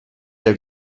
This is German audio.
der